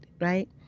right